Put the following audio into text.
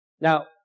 Now